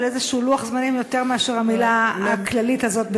אבל איזשהו לוח זמנים יותר מאשר המילה הכללית הזאת,